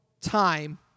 time